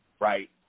right